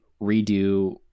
redo